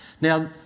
Now